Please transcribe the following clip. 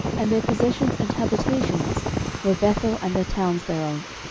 and their possessions and habitations were, bethel and the towns thereof,